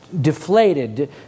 deflated